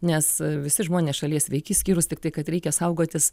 nes visi žmonės šalies sveiki išskyrus tiktai kad reikia saugotis